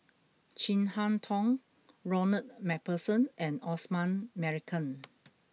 Chin Harn Tong Ronald MacPherson and Osman Merican